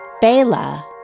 Bela